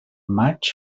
maig